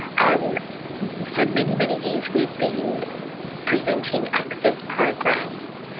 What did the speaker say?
and for many, many years we've been presenting access programs,